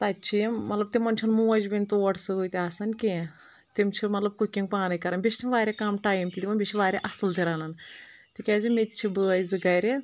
تَتہِ چھ یِم مطلب تِمن چھِنہٕ موج بیٚنہِ تور سٍتۍ آسان کیٚنٛہہ تِم چھ مطلب کُکِنٛگ پانے کَران بیٚیہِ چھِ تِم واریاہ کم ٹایم تہِ دِوان بیٚیہِ چھِ واریاہ اَصٕل تہِ رنان تِکیٛازِ میٚہ تہِ چھِ بٲے زٕ گَرِ